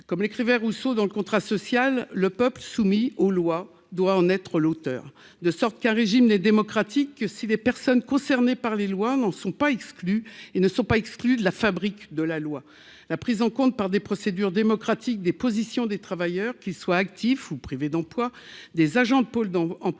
comme l'écrivait Rousseau dans le contrat social, le Peuple soumis aux lois doit en être l'auteur de sorte qu'un régime n'est démocratique que si les personnes concernées par les lois n'en sont pas exclues et ne sont pas exclus de la fabrique de la loi, la prise en compte par des procédures démocratiques des positions des travailleurs, qu'ils soient actifs ou privés d'emploi, des agents de Pôle dans emploi